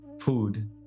food